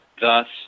thus